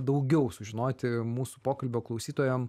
daugiau sužinoti mūsų pokalbio klausytojam